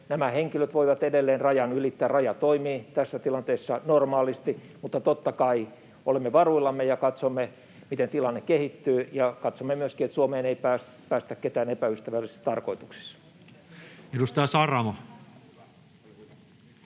rajoitettua — voivat edelleen rajan ylittää. Raja toimii tässä tilanteessa normaalisti, mutta totta kai olemme varuillamme ja katsomme, miten tilanne kehittyy, ja katsomme myöskin, että Suomeen ei päästetä ketään epäystävällisissä tarkoituksissa. [Speech